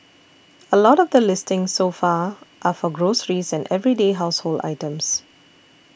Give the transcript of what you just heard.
a lot of the listings so far are for groceries and everyday household items